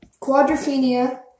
Quadrophenia